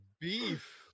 beef